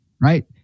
Right